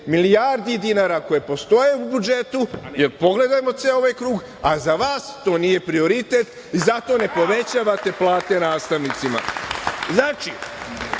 milijardi dinara koje postoje u budžetu, jer pogledajmo ceo ovaj krug, za vas to nije prioritet i zato ne povećavate plate nastavnicima. Znači,